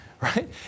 Right